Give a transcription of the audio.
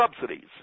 subsidies